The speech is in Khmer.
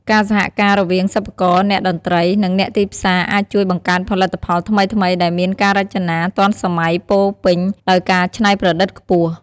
ការសហការរវាងសិប្បករ អ្នកតន្ត្រី និងអ្នកទីផ្សារអាចជួយបង្កើតផលិតផលថ្មីៗដែលមានការរចនាទាន់សម័យពោលពេញដោយការច្នៃប្រឌិតខ្ពស់។